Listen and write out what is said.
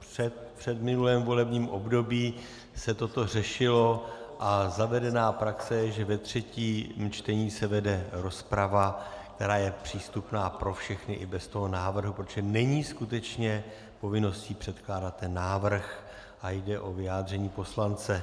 v předminulém volebním období se toto řešilo a zavedená praxe je, že ve třetím čtení se vede rozprava, která je přístupná pro všechny i bez toho návrhu, protože není skutečně povinností předkládat ten návrh a jde o vyjádření poslance.